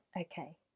okay